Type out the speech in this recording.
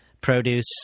produce